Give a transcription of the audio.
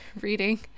reading